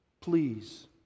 Please